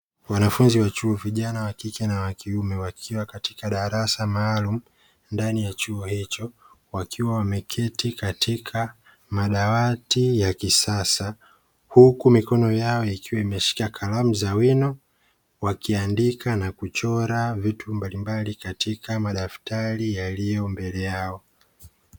Wanafunzi wa chuo vijana wa kike na kiume wakikwa katika darasa maalumu ndani ya chuo hicho wakiwa wameketi katika madawati ya kisasa huku mikono yao ikiwa imeshika kalamu za wino wakiandika na kuchora vitu mbalimbali katika madaftari yaliyo mbele yao.